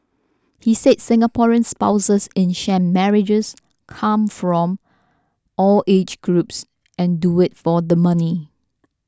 he said Singaporean spouses in sham marriages come from all age groups and do it for the money